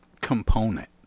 component